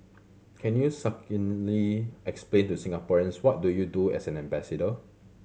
can you succinctly explain to Singaporeans what do you do as an ambassador